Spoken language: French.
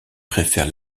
préfère